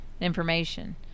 information